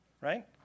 right